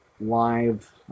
live